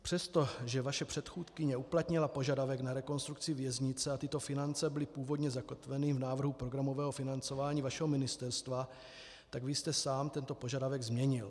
Přestože vaše předchůdkyně uplatnila požadavek na rekonstrukci věznice a tyto finance byly původně zakotveny v návrhu programového financování vašeho ministerstva, tak vy sám jste tento požadavek změnil.